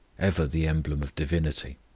ever the emblem of divinity.